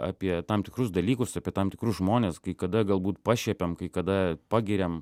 apie tam tikrus dalykus apie tam tikrus žmones kai kada galbūt pašiepiam kai kada pagiriam